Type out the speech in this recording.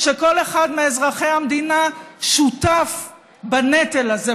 שכל אחד מאזרחי המדינה שותף בנטל הזה,